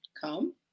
Come